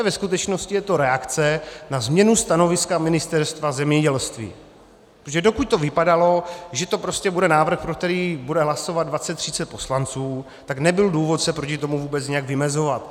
Ve skutečnosti je to reakce na změnu stanoviska Ministerstva zemědělství, protože dokud to vypadalo, že to bude návrh, pro který bude hlasovat dvacet třicet poslanců, tak nebyl důvod se proti tomu vůbec nějak vymezovat.